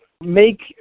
make